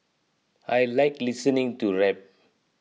I like listening to rap